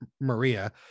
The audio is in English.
Maria